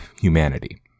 humanity